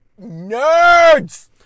nerds